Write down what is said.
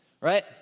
Right